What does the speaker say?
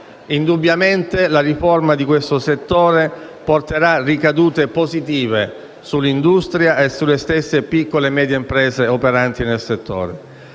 Indubbiamente, la riforma di questo settore porterà ricadute positive sull'industria e sulle piccole e medie imprese operanti nel settore.